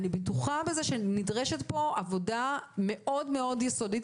אני בטוחה שנדרשת פה עבודה מאוד מאוד יסודית